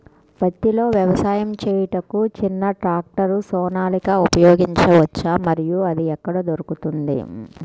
పత్తిలో వ్యవసాయము చేయుటకు చిన్న ట్రాక్టర్ సోనాలిక ఉపయోగించవచ్చా మరియు అది ఎక్కడ దొరుకుతుంది?